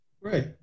Right